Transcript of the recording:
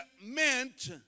meant